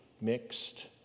mixed